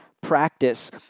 practice